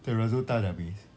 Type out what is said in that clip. terrazzo tiles dah habis